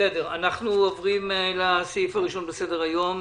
אנחנו עוברים לסעיף הראשון בסדר היום